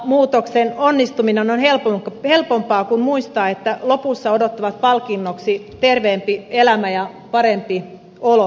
tuon elämäntapamuutoksen onnistuminen on helpompaa kun muistaa että lopussa odottavat palkinnoksi terveempi elämä ja parempi olo